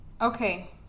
Okay